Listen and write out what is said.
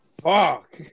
Fuck